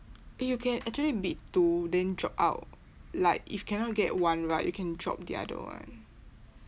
eh you can actually bid two then drop out like if cannot get one right you can drop the other one